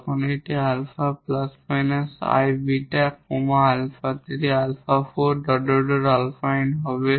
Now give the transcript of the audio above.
তখন এটি 𝛼 ± 𝑖𝛽 𝛼3 𝛼4 𝛼𝑛 হবে